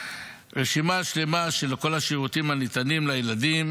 רשימה שלמה של כל השירותים הניתנים לילדים,